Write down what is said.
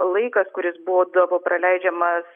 laikas kuris būdavo praleidžiamas